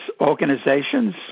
organizations